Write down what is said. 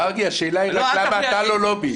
מרגי, השאלה היא למה אתה לא לובי.